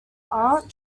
aunt